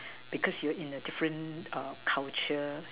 because you're in a different uh culture